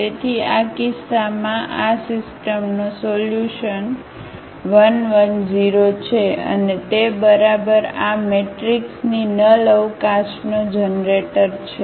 તેથી આ કિસ્સામાં આ સિસ્ટમનો સોલ્યુશન 1 1 0 છે અને તે બરાબર આ મેટ્રિક્સની નલ અવકાશનો જનરેટર છે